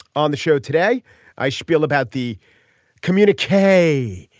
on the show today i spiel about the communique.